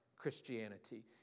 christianity